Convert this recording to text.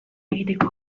egiteko